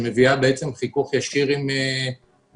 שמביאה בעצם חיכוך ישיר עם מפגינים,